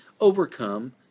overcome